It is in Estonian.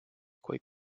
kui